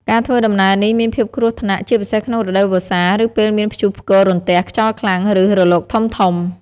ការធ្វើដំណើរនេះមានភាពគ្រោះថ្នាក់ ជាពិសេសក្នុងរដូវវស្សា ឬពេលមានព្យុះផ្គររន្ទះ ខ្យល់ខ្លាំង ឬរលកធំៗ។